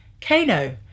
Kano